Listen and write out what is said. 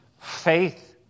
faith